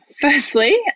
firstly